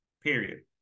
Period